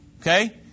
okay